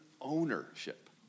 ownership